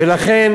ולכן